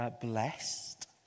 blessed